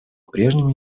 прежнему